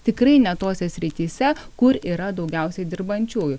tikrai ne tose srityse kur yra daugiausiai dirbančiųjų